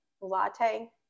latte